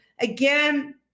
again